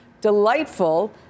delightful